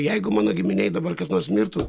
jeigu mano giminėj dabar kas nors mirtų